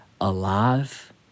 alive